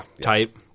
type